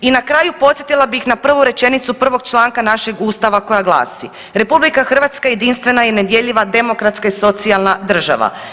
I na kraju podsjetila bih na prvu rečenicu prvog članka našeg Ustava koja glasi, RH je jedinstvena i nedjeljiva demokratska i socijalna država.